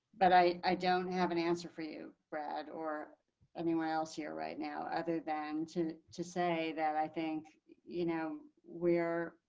but i i don't have an answer for you, brad, or anyone else here right now, other than to to say that i think you know we're